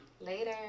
Later